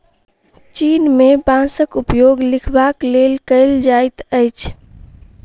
चीन में बांसक उपयोग लिखबाक लेल कएल जाइत अछि